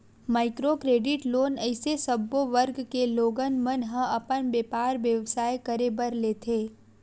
micro credit loan अइसे सब्बो वर्ग के लोगन मन ह अपन बेपार बेवसाय करे बर लेथे